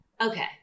okay